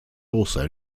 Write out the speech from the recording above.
also